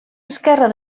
esquerra